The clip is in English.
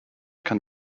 can